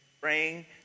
praying